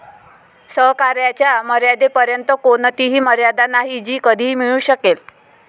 सहकार्याच्या मर्यादेपर्यंत कोणतीही मर्यादा नाही जी कधीही मिळू शकेल